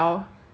isn't it